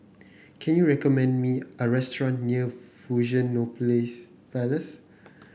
can you recommend me a restaurant near Fusionopolis Palace